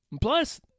Plus